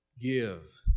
Give